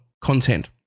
content